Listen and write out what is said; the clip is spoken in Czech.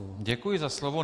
Děkuji za slovo.